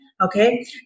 okay